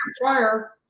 prior